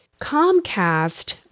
Comcast